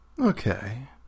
Okay